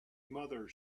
mother